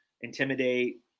intimidate